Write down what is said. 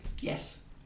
Yes